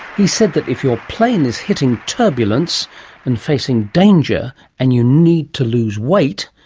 he said that if your plane is hitting turbulence and facing danger and you need to lose weight,